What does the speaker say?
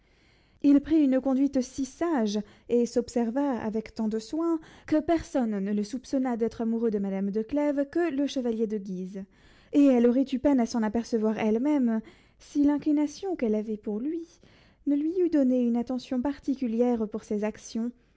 il prit une conduite si sage et s'observa avec tant de soin que personne ne le soupçonna d'être amoureux de madame de clèves que le chevalier de guise et elle aurait eu peine à s'en apercevoir elle-même si l'inclination qu'elle avait pour lui ne lui eût donné une attention particulière pour ses actions